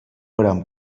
gran